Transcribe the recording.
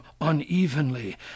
unevenly